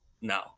No